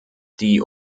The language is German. die